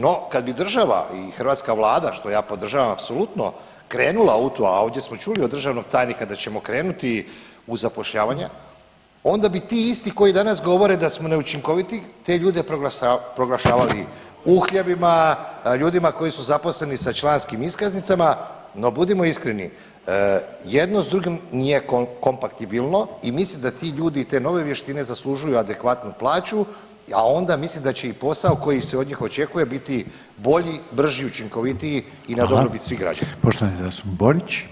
No kad bi država i hrvatska vlada, što ja podržavam apsolutno, krenula u to, a ovdje smo čuli od državnog tajnika da ćemo krenuti u zapošljavanje, onda bi ti isti koji danas govore da smo neučinkoviti te ljude proglašavali uhljebima, ljudima koji su zaposleni sa članskim iskaznicama, no budimo iskreno, jedno s drugim nije kompatibilno i mislim da ti ljudi i te nove vještine zaslužuju adekvatnu plaću, a onda mislim da će i posao koji se od njih očekuje biti bolji, brži i učinkovitiji i na dobrobit svih građana.